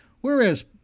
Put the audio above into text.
whereas